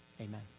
amen